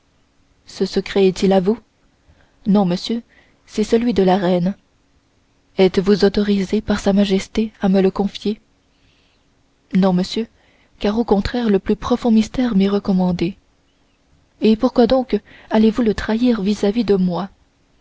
ce secret est-il à vous non monsieur c'est celui de la reine êtes-vous autorisé par sa majesté à me le confier non monsieur car au contraire le plus profond mystère m'est recommandé et pourquoi donc allez-vous le trahir vis-à-vis de moi